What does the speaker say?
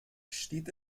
stieg